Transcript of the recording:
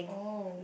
oh